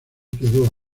quedó